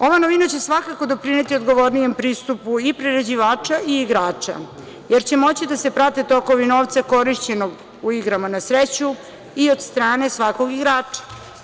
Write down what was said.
Ova novina će svakako doprineti odgovornijem pristupu i prerađivača i igrača, jer će moći da se prate tokovi novca korišćenog u igrama na sreću i od strane svakog igrača.